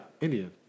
Indian